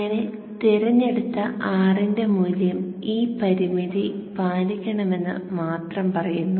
അങ്ങനെ തിരഞ്ഞെടുത്ത R ന്റെ മൂല്യം ഈ പരിമിതി പാലിക്കണമെന്ന് മാത്രം പറയുന്നു